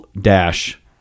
dash